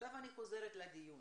עכשיו אני חוזרת לדיון.